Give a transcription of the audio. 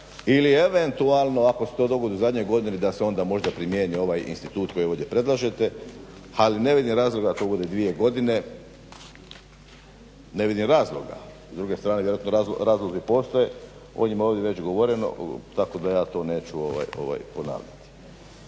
ili eventualno ako se to dogodi u zadnjoj godini da se onda možda primijeni ovaj institut koji ovdje predlažete, ali ne vidim razloga da to bude dvije godine, ne vidim razloga, s druge strane vjerojatno razlozi postoje, o njima je ovdje već govoreno, tako da ja to neću ponavljati.